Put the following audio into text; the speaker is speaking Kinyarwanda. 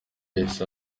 yahise